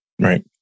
Right